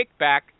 kickback